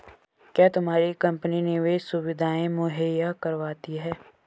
क्या तुम्हारी कंपनी निवेश सुविधायें मुहैया करवाती है?